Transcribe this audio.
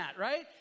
right